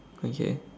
okay